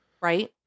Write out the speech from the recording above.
Right